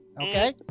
Okay